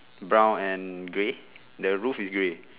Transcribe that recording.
brown and grey the roof is grey